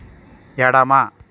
ఎడమ